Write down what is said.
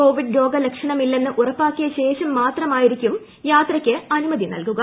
Covid രോഗലക്ഷണമില്ലെന്ന് ഉറപ്പാക്കിയ ്ശേഷം മാത്രമായിരിക്കും യാത്രയ്ക്ക് അനുമതി നൽകുക